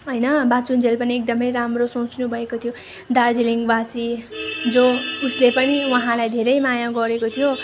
होइन बाँचुन्जेल पनि एकदमै राम्रो सोच्नु भएको थियो दार्जिलिङवासी जो उसले पनि उहाँलाई धेरै माया गरेको थियो